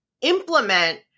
implement